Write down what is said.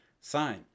sign